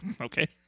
Okay